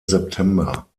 september